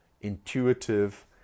intuitive